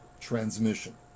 transmission